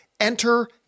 Enter